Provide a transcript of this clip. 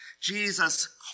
Jesus